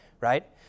Right